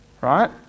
right